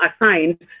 assigned